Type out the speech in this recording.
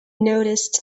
noticed